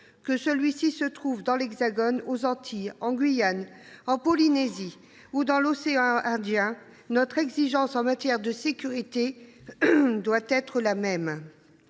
Que celui ci se trouve dans l’Hexagone, aux Antilles, en Guyane, en Polynésie ou dans l’océan Indien, notre exigence en matière de sécurité doit être la même.